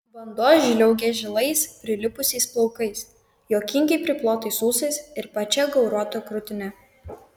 vanduo žliaugė žilais prilipusiais plaukais juokingai priplotais ūsais ir plačia gauruota krūtine